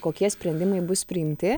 kokie sprendimai bus priimti